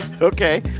Okay